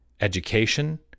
education